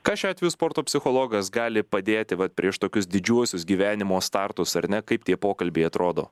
ką šiuo atveju sporto psichologas gali padėti vat prieš tokius didžiuosius gyvenimo startus ar ne kaip tie pokalbiai atrodo